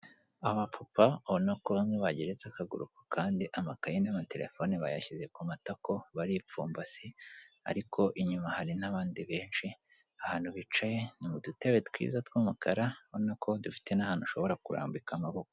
Abapapa ubona ko bamwe bageretse akaguru ku kandi, amakayi n'amaterefoni bayashyize ku matako, baripfumbase, ariko inyuma hari n'abandi benshi, ahantu bicaye ni mu dutebe twiza tw'umukara ubona ko dufite n'ahantu ushobora kurambika amaboko.